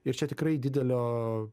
ir čia tikrai didelio